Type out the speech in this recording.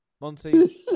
Monty